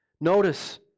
notice